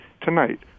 tonight